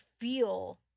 feel